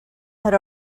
had